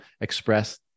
express